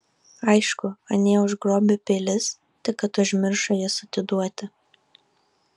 aišku anie užgrobę pilis tik kad užmiršo jas atiduoti